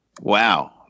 Wow